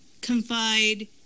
confide